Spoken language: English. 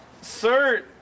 sir